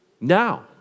Now